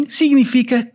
significa